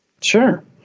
Sure